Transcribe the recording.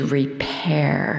repair